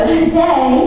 today